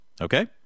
Okay